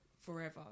forever